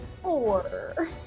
Four